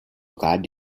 glad